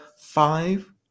five